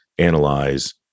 Analyze